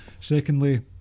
Secondly